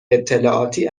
اطلاعاتی